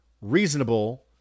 reasonable